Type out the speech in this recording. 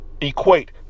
equate